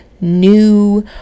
new